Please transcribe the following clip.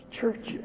churches